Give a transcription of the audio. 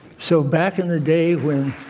so back in the day when